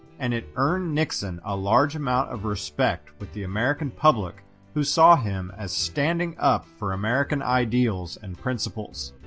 and it earned nixon a large amount of respect with the american public who saw him as standing up for american ideals and principles.